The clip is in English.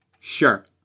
sure